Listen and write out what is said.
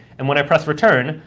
and when i press return,